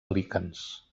líquens